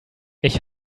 ich